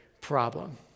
problem